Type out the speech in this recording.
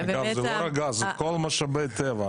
אגב, זה לא רק גז, זה כל משאבי הטבע.